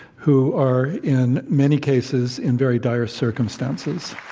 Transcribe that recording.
who are, in many cases, in very dire circumstances.